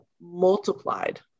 multiplied